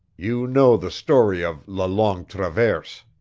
you know the story of la longue traverse.